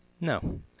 No